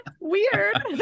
weird